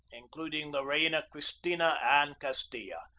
including the reina cristina and castilla.